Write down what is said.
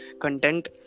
content